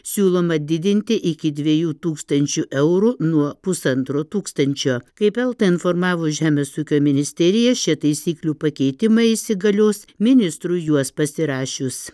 siūloma didinti iki dviejų tūkstančių eurų nuo pusantro tūkstančio kaip eltą informavo žemės ūkio ministerija šie taisyklių pakeitimai įsigalios ministrų juos pasirašius